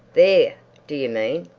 there do you mean!